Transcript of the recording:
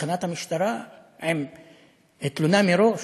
מתחנת המשטרה עם תלונה מראש?